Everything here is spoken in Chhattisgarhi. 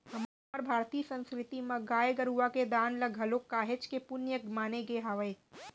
हमर भारतीय संस्कृति म गाय गरुवा के दान ल घलोक काहेच के पुन्य माने गे हावय